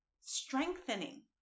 Strengthening